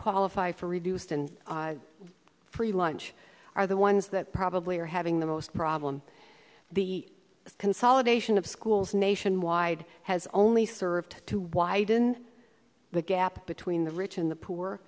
qualify for reduced and free lunch are the ones that probably are having the most problem the consolidation of schools nationwide has only served to widen the gap between the rich and the poor